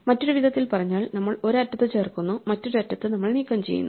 മറ്റൊരു വിധത്തിൽ പറഞ്ഞാൽ നമ്മൾ ഒരു അറ്റത്ത് ചേർക്കുന്നു മറ്റൊരു അറ്റത്ത് നമ്മൾ നീക്കംചെയ്യുന്നു